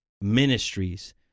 ministries